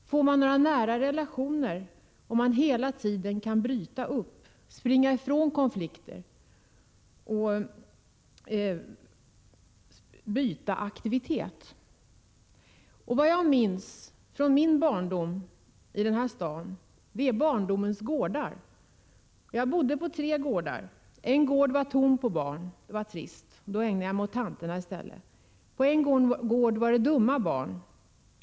Får man några nära relationer, om man hela tiden kan bryta upp från en aktivitet — man springer ju ifrån konflikter och byter aktiviteter? Vad jag minns av den här staden är barndomens gårdar. Jag bodde på tre gårdar. På den första gården fanns det inga barn. Det var trist. Där ägnade jag mig i stället åt tanterna. På nästa gård var det dumma barn.